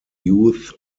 youths